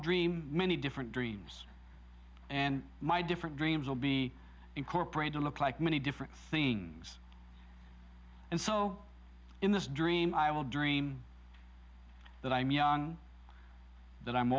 dream many different dreams and my different dreams will be incorporated look like many different things and so in this dream i will dream that i am young that i'm